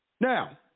Now